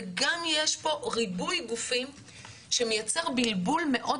וגם יש פה ריבוי גופים שמייצר בלבול מאוד